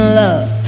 love